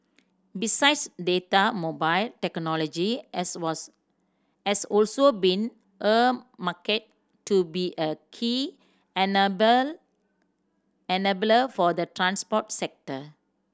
besides data mobile technology has has also been earmarked to be a key enable enabler for the transport sector